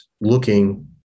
looking